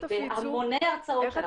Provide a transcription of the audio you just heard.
המוני הרצאות.